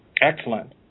Excellent